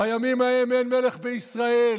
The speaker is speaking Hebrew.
"בימים ההם אין מלך בישראל,